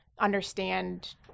understand